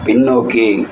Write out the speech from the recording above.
பின்னோக்கி